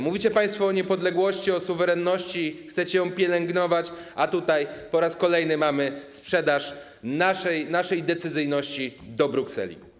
Mówicie państwo o niepodległości, o suwerenności, chcecie ją pielęgnować, a po raz kolejny mamy sprzedaż naszej decyzyjności do Brukseli.